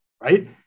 Right